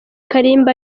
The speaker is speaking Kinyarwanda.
kalimba